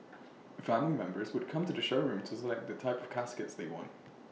family members would come to the showroom to select the type of caskets they want